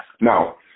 Now